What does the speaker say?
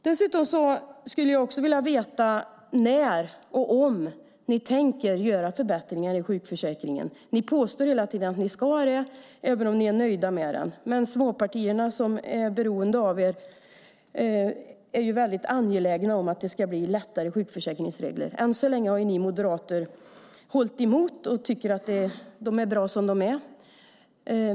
Jag skulle också vilja veta när och om ni tänker göra förbättringar i sjukförsäkringen. Ni påstår hela tiden att ni ska göra det även om ni är nöjda med den. Men småpartierna som är beroende av er är mycket angelägna om att sjukförsäkringsreglerna ska bli lättare. Än så länge har ni moderater hållit emot och tyckt att de är bra som de är.